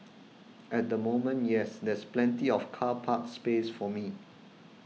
at the moment yes there's plenty of car park space for me